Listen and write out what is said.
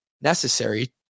necessary